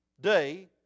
day